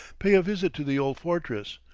pay a visit to the old fortress,